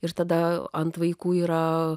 ir tada ant vaikų yra